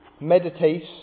meditate